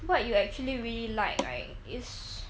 what you actually really like right is